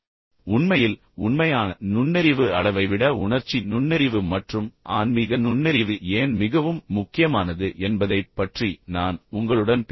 உண்மையில் உண்மையான நுண்ணறிவு அளவை விட உணர்ச்சி நுண்ணறிவு மற்றும் ஆன்மீக நுண்ணறிவு ஏன் மிகவும் முக்கியமானது என்பதைப் பற்றி நான் உங்களுடன் பேசுவேன்